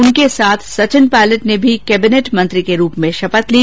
उनके साथ सचिन पायलट ने भी कैबिनेट मंत्री के रूप में शपथ ली